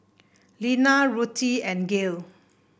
Lenna Ruthie and Gael